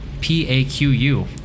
P-A-Q-U